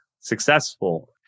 successful